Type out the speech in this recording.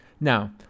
Now